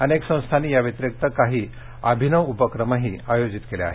अनेक संस्थांनी याव्यतिरिक्त काही अभिनव उपक्रमही आयोजित केले आहेत